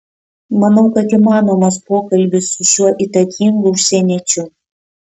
manau kad įmanomas pokalbis su šiuo įtakingu užsieniečiu